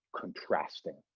contrasting